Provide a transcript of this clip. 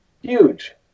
Huge